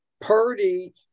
Purdy